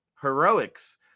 heroics